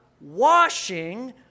washing